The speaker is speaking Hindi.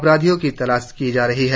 अपराधियों की तलाश की जा रही है